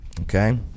Okay